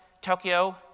Tokyo